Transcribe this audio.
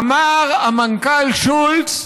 אמר המנכ"ל שולץ,